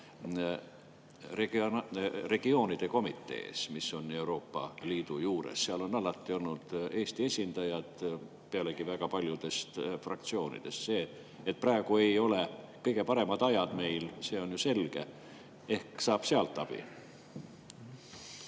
regioonide komitees, mis on Euroopa Liidu juures. Seal on alati olnud Eesti esindajad, pealegi väga paljudest fraktsioonidest. See, et praegu ei ole kõige paremad ajad meil, on ju selge. Ehk saab sealt abi.